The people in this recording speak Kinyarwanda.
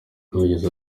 yagize